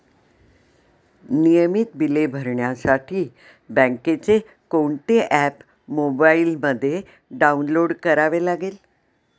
नियमित बिले भरण्यासाठी बँकेचे कोणते ऍप मोबाइलमध्ये डाऊनलोड करावे लागेल?